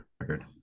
record